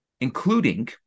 including